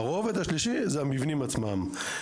הרובד השלישי זה המבנים עצמם.